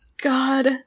God